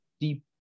deep